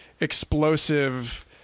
explosive